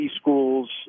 schools